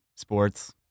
Sports